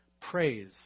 praise